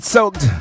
Soaked